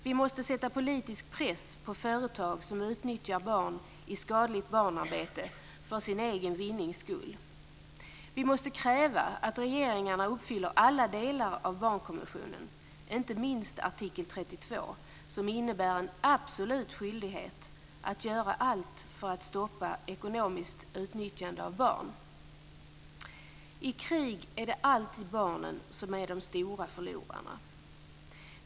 Vi måste sätta politisk press på företag som utnyttjar barn i skadligt barnarbete för sin egen vinnings skull. Vi måste kräva att regeringarna uppfyller alla delar av barnkonventionen, inte minst artikel 32, som innebär en absolut skyldighet att göra allt för att stoppa ekonomiskt utnyttjande av barn. I krig är det alltid barnen som är de stora förlorarna.